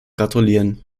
gratulieren